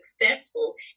successful